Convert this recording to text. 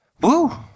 Woo